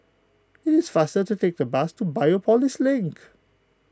it is faster to take the bus to Biopolis Link